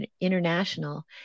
international